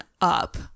up